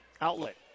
Outlet